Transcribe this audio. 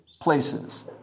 places